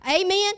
Amen